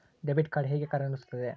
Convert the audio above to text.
Debit card ಹೇಗೆ ಕಾರ್ಯನಿರ್ವಹಿಸುತ್ತದೆ?